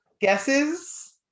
guesses